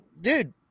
dude